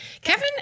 Kevin